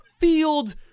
field